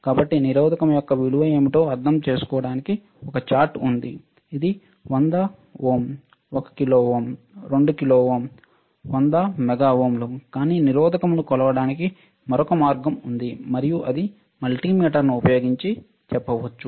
కాబట్టి నిరోధకం యొక్క విలువ ఏమిటో అర్థం చేసుకోవడానికి ఒక చార్ట్ ఉంది ఇది 100 ohm 1 kilo ohm 2 kilo ohm 100 mega ఓంలు కానీ నిరోధకoను కొలవడానికి మరొక మార్గం ఉంది మరియు అది మల్టీమీటర్ను ఉపయోగించి చెప్పవచ్చు